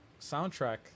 soundtrack